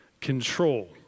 control